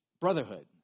brotherhood